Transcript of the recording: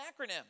acronym